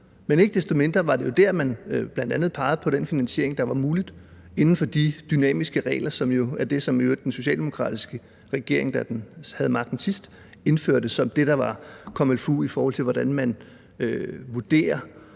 Men ikke desto mindre var det jo der, hvor man bl.a. pegede på den finansiering, der var mulig inden for de dynamiske regler, som jo i øvrigt var det, som den socialdemokratiske regering, da den havde magten sidst, indførte som det, der var comme il faut, i forhold til hvordan man vurderer